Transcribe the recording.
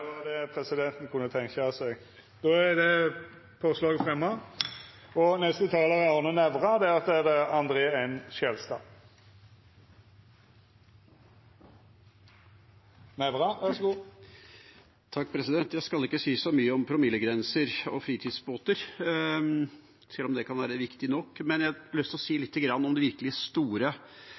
Jeg skal ikke si så mye om promillegrenser og fritidsbåter, selv om det kan være viktig nok, men jeg har lyst til å si lite grann om det virkelig store spørsmålet, de virkelig store